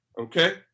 Okay